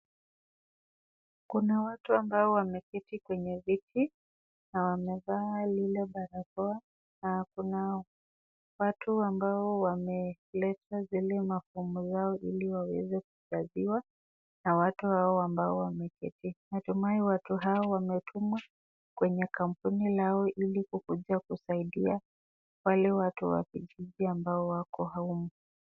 Kuna watu ambao wameketi kwenye viti na wamevaa lile barakoa na kuna watu ambao wameleta zile mafomu zao ili waweze kusaidiwa na watu hao ambao wameketi . Natumai watu hao wametumwa kwenye kampuni lao ili kukuja kusaidia wale watu wa kijij ambao wako humu .